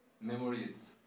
memories